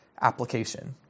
application